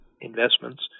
investments